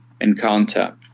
encounter